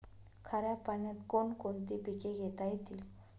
खाऱ्या पाण्यात कोण कोणती पिके घेता येतील?